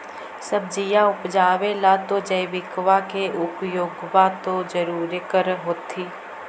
सब्जिया उपजाबे ला तो जैबिकबा के उपयोग्बा तो जरुरे कर होथिं?